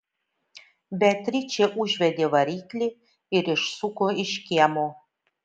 beatričė užvedė variklį ir išsuko iš kiemo